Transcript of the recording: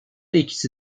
ikisi